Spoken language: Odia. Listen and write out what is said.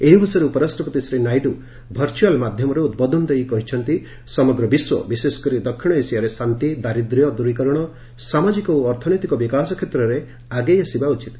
ଏହି ଅବସରରେ ଉପରାଷ୍ଟ୍ରପତି ଶ୍ରୀ ନାଇଡୁ ଭର୍ଚୁଆଲ୍ ମାଧ୍ୟମରେ ଉଦ୍ବୋଧନ ଦେଇ କହିଛନ୍ତି ସମଗ୍ର ବିଶ୍ୱ ବିଶେଷ କରି ଦକ୍ଷିଣ ଏସିଆରେ ଶାନ୍ତି ଦାରିଦ୍ର୍ୟ ଦ୍ୱରୀକରଣ ସାମାଜିକ ଓ ଅର୍ଥନୈତିକ ବିକାଶ କ୍ଷେତ୍ରରେ ଆଗେଇ ଆସିବା ଉଚିତ୍